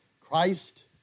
Christ